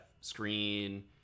screen